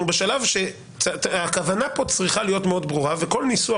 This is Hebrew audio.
אנחנו בשלב שהכוונה כאן צריכה להיות מאוד ברורה וכל ניסוח